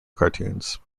cartoons